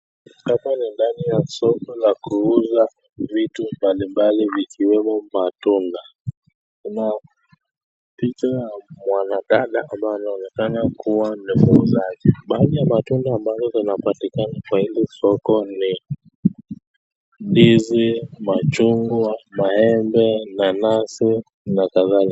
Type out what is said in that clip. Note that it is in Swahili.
Hapa ni ndani ya soko la kuuza vitu mbalimbali ikiwemo matunda. Kuna picha ya mwanadada ambaye anaonekana kua na shughuli zake. Baadhi ya matunda ambazo zinapatikana kwa hili soko ni ndizi, machungwa, maembe, nanasi na kadhalika.